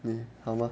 你好吗